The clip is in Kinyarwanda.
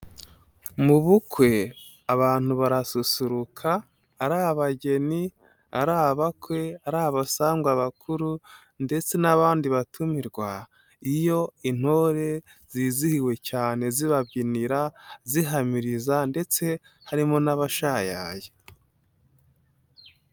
Mu bukwe abantu barasusuruka ari abageni, ari abakwe, ari abasangwabakuru ndetse n'abandi batumirwa, iyo intore zizihiwe cyane zibabyinira zihamiriza ndetse harimo n'abashayaya.